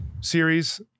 series